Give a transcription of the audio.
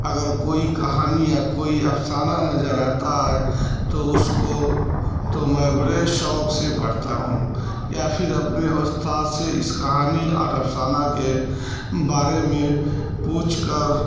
اگر کوئی کہانی یا کوئی افسانہ نظر آتا ہے تو اس کو تو میں بڑے شوق سے پڑھتا ہوں یا پھر اپنے استاد سے اس کہانی اور افسانہ کے بارے میں پوچھ کر